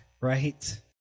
right